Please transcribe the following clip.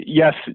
yes